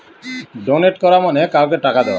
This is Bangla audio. ডোনেট করা মানে কাউকে টাকা দেওয়া